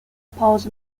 pause